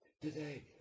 today